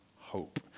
hope